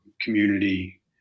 community